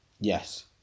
Yes